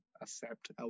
accept